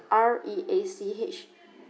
R E A C H